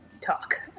talk